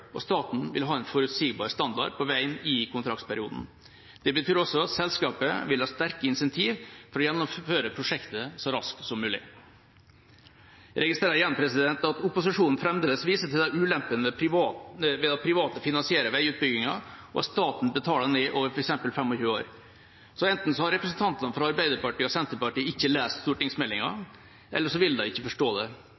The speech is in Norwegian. og staten vil ha en forutsigbar standard på veien i kontraktsperioden. Det betyr også at selskapet vil ha sterke incentiv for å gjennomføre prosjektet så raskt som mulig. Jeg registrerer igjen at opposisjonen fremdeles viser til ulempene ved at private finansierer veiutbygginga, og at staten betaler ned over f.eks. 25 år. Så enten har representantene fra Arbeiderpartiet og Senterpartiet ikke lest stortingsmeldinga, eller så vil de ikke forstå det.